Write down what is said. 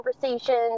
conversations